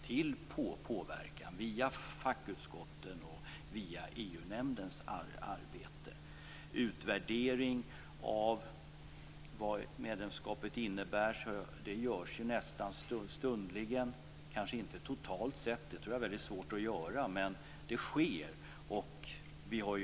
Vi kan påverka via fackutskotten och EU-nämndens arbete. En utvärdering av vad medlemskapet innebär görs nästan stundligen. Det kanske inte är någon total utvärdering, för det tror jag är svårt. Det sker dock en utvärdering.